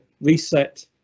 reset